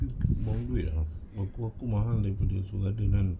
bawa duit ah wakuwaku mahal daripada seoul garden kan